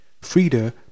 Frida